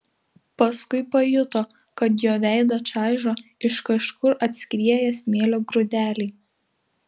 paskui pajuto kad jo veidą čaižo iš kažkur atskrieję smėlio grūdeliai